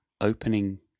opening